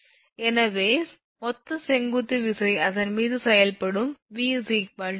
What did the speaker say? எனவே மொத்த செங்குத்து விசை அதன் மீது செயல்படும் V Ws